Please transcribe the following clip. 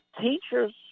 teachers